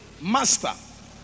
Master